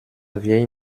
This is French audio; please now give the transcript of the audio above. vieilles